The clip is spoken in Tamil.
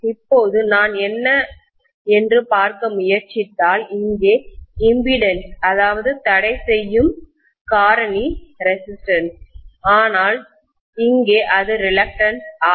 இப்போது நான் என்ன என்று பார்க்க முயற்சித்தால் இங்கே இம்பிடிடன்ஸ்தடைசெய்யும் காரணி ரெசிஸ்டன்ஸ் ஆனால் இங்கே அது ரிலக்டன்ஸ் R